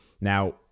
Now